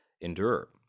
endure